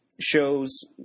shows